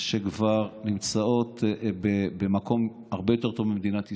שכבר נמצאות במקום הרבה יותר טוב ממדינת ישראל.